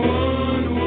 one